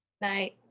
Night